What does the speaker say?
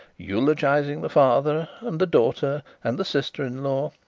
eulogising the father and the daughter and the sister-in-law,